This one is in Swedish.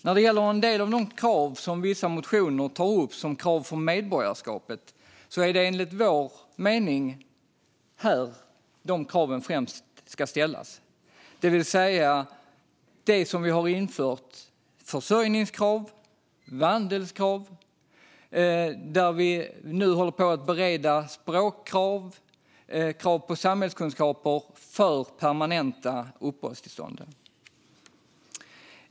När det gäller en del av de krav för medborgarskap som vissa motioner tar upp är det enligt vår mening främst här de kraven ska ställas. Det är därför vi har infört både försörjningskrav och vandelskrav och nu håller på att bereda språkkrav och krav på samhällskunskaper för permanent uppehållstillstånd.